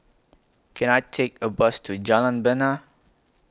Can I Take A Bus to Jalan Bena